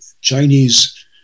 Chinese